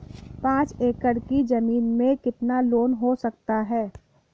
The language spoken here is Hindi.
पाँच एकड़ की ज़मीन में कितना लोन हो सकता है?